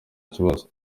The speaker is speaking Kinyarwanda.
kibazo